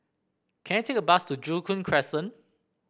can I take a bus to Joo Koon Crescent